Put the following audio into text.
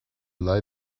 lie